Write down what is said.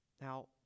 now